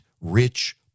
rich